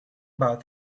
about